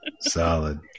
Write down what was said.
solid